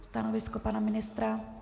Stanovisko pana ministra? .